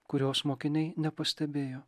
kurios mokiniai nepastebėjo